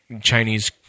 Chinese